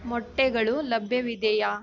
ಮೊಟ್ಟೆಗಳು ಲಭ್ಯವಿದೆಯಾ